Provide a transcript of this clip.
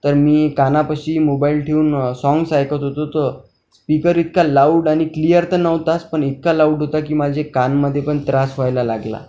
तर मी कानापाशी मोबाईल ठेऊन साँग्स ऐकत होतो तर स्पीकर इतका लाऊड आणि क्लीयर तर नव्हताच पण इतका लाऊड होता की माझे कानमध्ये पण त्रास होयला लागला